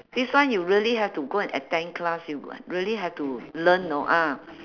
this one you really have to go and attend class you really have to learn you know ah